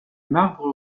marbre